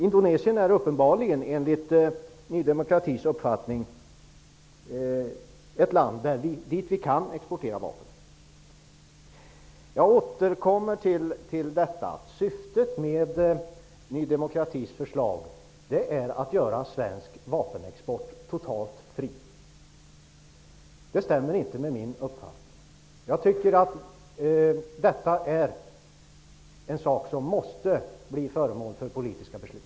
Indonesien är uppenbarligen, enligt Ny demokratis uppfattning, ett land dit vi kan exportera vapen. Syftet med Ny demokratis förslag är att göra svensk vapenexport totalt fri. Jag återkommer till det. Det stämmer inte med min uppfattning. Detta är något som måste bli föremål för politiska beslut.